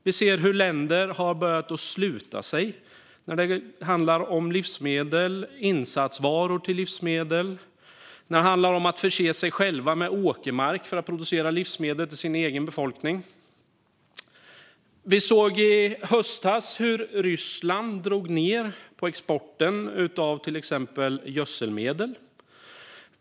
Vi ser hur länder har börjat att sluta sig när det handlar om livsmedel och insatsvaror till livsmedel. Det handlar om att förse sig själva med åkermark för att producera livsmedel till sin egen befolkning. Vi såg i höstas hur Ryssland drog ned på exporten av till exempel gödselmedel.